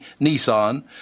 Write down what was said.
Nissan